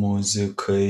muzikai